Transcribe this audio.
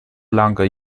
longer